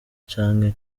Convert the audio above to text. canke